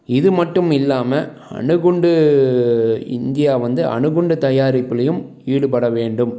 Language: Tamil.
இது மட்டும் இல்லாமல் அணுகுண்டு இந்தியா வந்து அணுகுண்டு தயாரிப்புலையும் ஈடுபட வேண்டும்